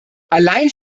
alleine